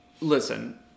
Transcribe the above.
Listen